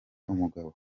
umugabo